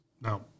Now